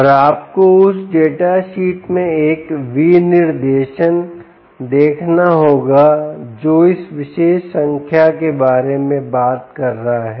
और आपको उस डेटा शीट में एक विनिर्देशन देखना होगा जो इस विशेष संख्या के बारे में बात कर रहा है